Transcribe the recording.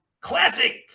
classic